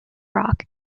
rock